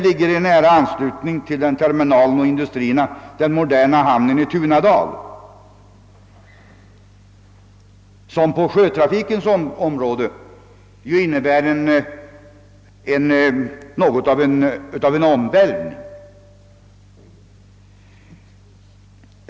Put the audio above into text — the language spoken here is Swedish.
I nära anslutning till terminalen och industrierna ligger den moderna hamnen i Tunadal, som på sjötrafikens område innebär något av en omvälvning.